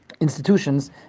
institutions